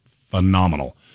phenomenal